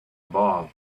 above